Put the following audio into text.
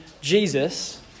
Jesus